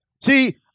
See